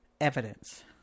Evidence